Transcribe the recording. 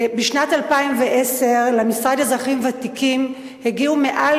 בשנת 2010 הגיעו למשרד לאזרחים ותיקים מעל